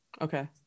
Okay